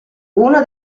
uno